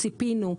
או ציפינו,